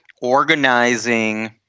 organizing